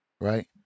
right